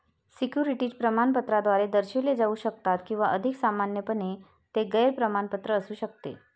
securities प्रमाणपत्राद्वारे दर्शविले जाऊ शकतात किंवा अधिक सामान्यपणे, ते गैर प्रमाणपत्र असू शकतात